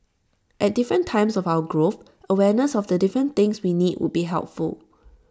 at different times of our growth awareness of the different things we need would be helpful